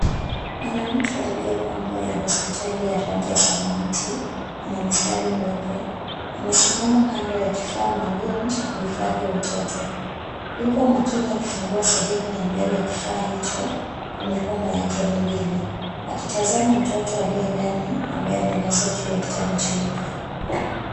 Mwanamke aliyevaa nguo ya hospitali ya rangi ya samawati yenye mistari myeupe amesimama kando ya kifaa maalum cha kuhifadhi watoto. Yuko makini akifungua sehemu ya mbele ya kifaa hicho kwa mikono yake miwili. Akitazama mtoto aliye ndani ambaye amelazwa juu ya kitanda cheupe.